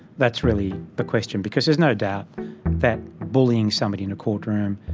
that's really the question, because there's no doubt that bullying somebody in a courtroom,